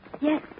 Yes